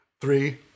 three